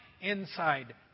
inside